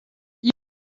ils